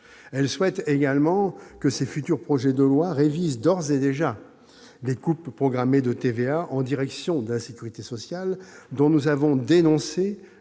Elle souhaite également que ces futurs projets de loi révisent d'ores et déjà les coupes programmées de TVA en direction de la sécurité sociale, dont nous avons dénoncé